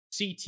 CT